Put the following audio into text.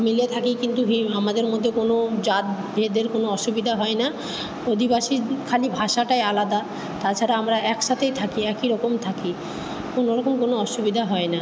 মিলে থাকি কিন্তু আমাদের মধ্যে কোনো জাতভেদের কোনো অসুবিধা হয় না আদিবাসী খালি ভাষাটাই আলাদা তাছাড়া আমরা এক সাথেই থাকি একই রকম থাকি কোনো রকম কোনো অসুবিধা হয় না